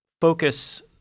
focus